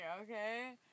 Okay